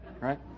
right